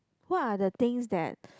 what are things that